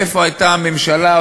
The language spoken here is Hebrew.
איפה הייתה הממשלה,